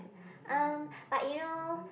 um but you know